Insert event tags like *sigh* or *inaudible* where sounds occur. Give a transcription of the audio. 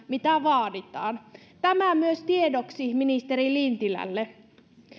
*unintelligible* mitä vaaditaan tämä myös tiedoksi ministeri lintilälle